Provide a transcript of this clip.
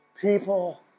people